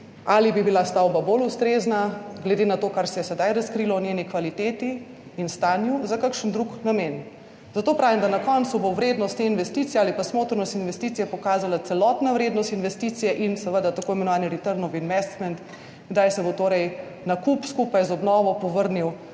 ali bi bila stavba bolj ustrezna, glede na to, kar se je sedaj razkrilo o njeni kvaliteti in stanju, za kakšen drug namen. Zato pravim, da na koncu bo vrednost te investicije ali pa smotrnost investicije pokazala celotna vrednost investicije in seveda tako imenovani return of investment, kdaj se bo torej nakup skupaj z obnovo povrnil